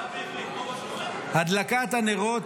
הדלקת הנרות,